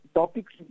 topics